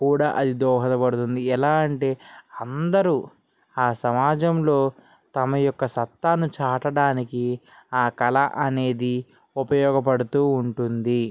కూడా అది దోహదపడుతుంది ఎలా అంటే అందరు ఆ సమాజంలో తమ యొక్క సత్తాను చాటడానికి ఆ కళ అనేది ఉపయోగపడుతూ ఉంటుంది